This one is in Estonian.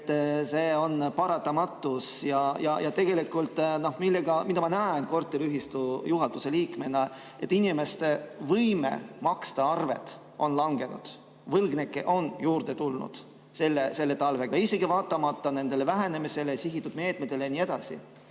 See on paratamatus. Ja tegelikult ma näen korteriühistu juhatuse liikmena, et inimeste võime maksta arveid on langenud, võlgnikke on juurde tulnud selle talvega, isegi vaatamata nendele vähenemistele, sihitud meetmetele ja nii edasi.